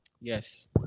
Yes